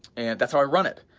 and that's how i run it